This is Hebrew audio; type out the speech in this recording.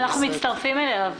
אנחנו מצטרפים אליה.